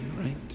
right